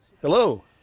Hello